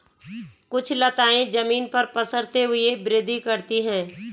कुछ लताएं जमीन पर पसरते हुए वृद्धि करती हैं